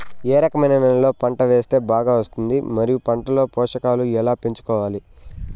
ఏ రకమైన నేలలో పంట వేస్తే బాగా వస్తుంది? మరియు పంట లో పోషకాలు ఎలా పెంచుకోవాలి?